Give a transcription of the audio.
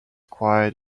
quiet